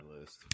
list